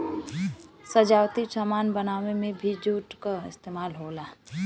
सजावटी सामान बनावे में भी जूट क इस्तेमाल होला